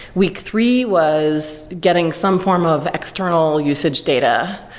week three was getting some form of external usage data,